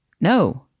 No